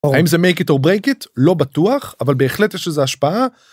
אם זה מקיטור ברייקיט לא בטוח אבל בהחלט יש לזה השפעה.